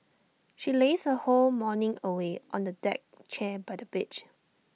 she lazed her whole morning away on A deck chair by the beach